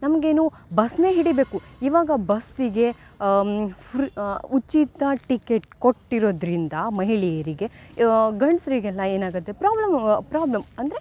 ನಮ್ಗೆ ಏನು ಬಸನ್ನೇ ಹಿಡಿಯಬೇಕು ಇವಾಗ ಬಸ್ಸಿಗೆ ಫ್ರೀ ಉಚಿತ ಟಿಕೆಟ್ ಕೊಟ್ಟಿರೊದರಿಂದ ಮಹಿಳೆಯರಿಗೆ ಗಂಡಸ್ರಿಗೆಲ್ಲ ಏನಾಗುತ್ತೆ ಪ್ರಾಬ್ಲಮು ಪ್ರಾಬ್ಲಮ್ ಅಂದರೆ